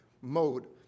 mode